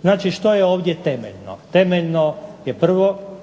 Znači što je ovdje temeljno? Temeljno je prvo